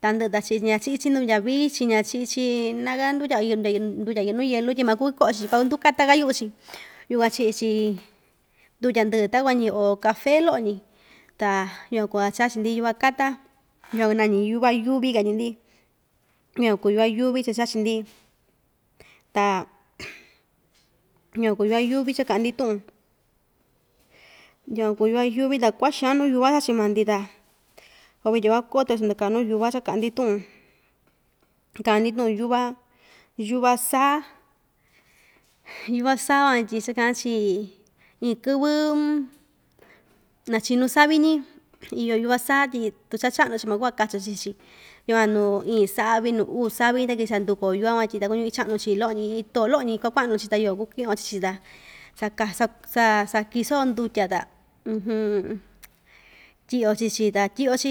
Tandɨꞌɨ ta ch ña chiꞌi‑chi ndutya vichin ña chiꞌi‑chi naaka ndutya ndutya yɨꞌɨ nuu yelu tyi makuvi koꞌo‑chi tyi kuandukata‑ka yuꞌu‑chi yukuan chiꞌi‑chi ndutya ndɨɨ takua‑ñi oo cafe loꞌo‑ñi ta yukuan kuu cha chachi‑ndi yuva kata yukuan nañi yuva yuvi katyi‑ndi yukuan kuu yuva yuvi cha chachi‑ndi ta yukuan kuu yuva yuvi cha‑kaꞌa‑ndi tuꞌun yukuan kuu yuva yuvi ta kuaxaan nuu yuva chachi maa‑ndi ta so vityin kua‑koto‑chi ndɨkaa nuu yuva cha kaꞌa‑ndi tuꞌun kaꞌa‑ndi tuꞌun yuva yuva saa yuva saa van tyi chikaꞌa‑chi iin kɨvɨ na‑chinu savi‑ñi iyo yuva saa tyi tu cha chaꞌnu‑chi makuu‑ka kachi‑chi chii‑chi yukuan nuu iin savi nuu uu savi ta kichaꞌa nduku‑yo yuva van tyi takuñu ichaꞌnu‑chi loꞌo‑ñi iin too loꞌo‑ñi kua kuaꞌnu‑chi ta yukuan kuakɨꞌɨ‑yo chiichi ta saka saa saa sakiso‑o ndutya ta tyiꞌi‑yo chii‑chi ta tyiꞌi‑yo‑chi